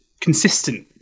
consistent